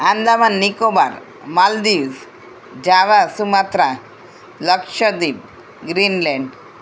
Andaman Nicobar Maldives Java Sumatra Lakshadweep Greenland